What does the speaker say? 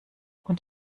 und